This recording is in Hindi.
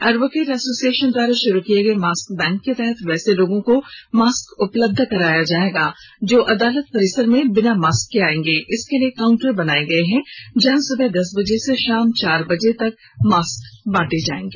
एडवोकेट एसोसिएशन द्वारा शुरू किए गए मास्क बैंक के तहत वैसे लोगों को मास्क उपलब्ध कराया जाएगा जो अदालत परिसर में बिना मास्क के आएंगे इसके लिए काउंटर बनाया गया है जहां सुबह दस बजे से शाम चार बजे तक मास्क बांटा जाएगा